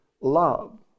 love